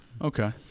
Okay